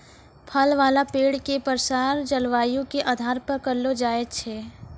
फल वाला पेड़ के प्रसार जलवायु के आधार पर करलो जाय छै